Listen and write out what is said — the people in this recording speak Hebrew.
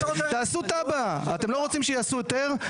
תעשו תב"ע, אתם לא רוצים שיעשו היתר?